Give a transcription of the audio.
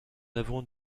avons